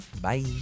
Bye